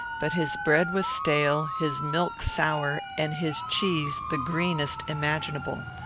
but his bread was stale, his milk sour, and his cheese the greenest imaginable.